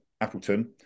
Appleton